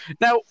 Now